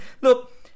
look